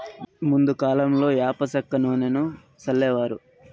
ముందు కాలంలో యాప సెక్క నూనెను సల్లేవారు